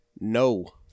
No